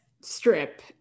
strip